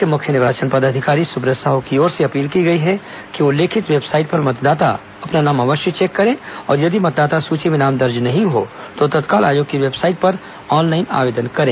प्रदेश के मुख्य निर्वाचन पदाधिकारी सुब्रत साहू की ओर से अपील की गई है कि उल्लेखित वेबसाइट पर मतदाता अपना नाम अवश्य चेक करें और यदि मतदाता सूची में नाम दर्ज न हो तो तत्काल आयोग की वेबसाइट पर ऑनलाइन आवेदन करें